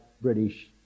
British